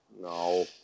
No